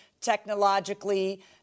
technologically